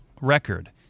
record